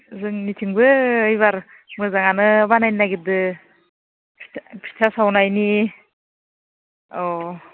जोंनिथिंबो एबारै मोजांआनो बानायनो नागिरदों फिथा फिथा सावनायनि औ